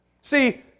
See